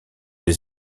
les